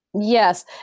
Yes